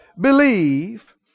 believe